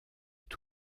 est